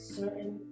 certain